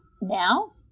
now